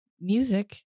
Music